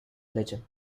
legend